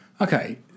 okay